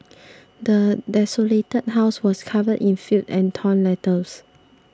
the desolated house was covered in filth and torn letters